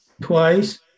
twice